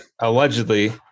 allegedly